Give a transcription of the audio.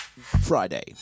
Friday